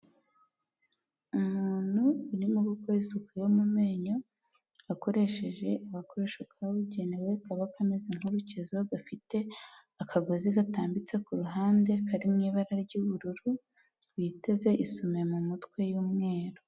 umuntu urimo gukora isuku yo mu menyo akoresheje agakoresho kabugenewe kaba kameze nk'urukezo gafite akagozi gatambitse kuruhande kari mu ibara ry'ubururu witeze isume mu mutwe y'umweru.